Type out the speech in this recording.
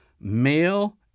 male